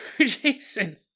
Jason